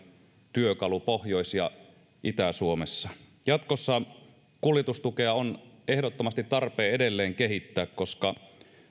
työkalu pohjois ja itä suomessa jatkossa kuljetustukea on ehdottomasti tarpeen edelleen kehittää koska